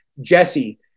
Jesse